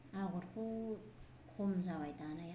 आगरखौ खम जाबाय दानाया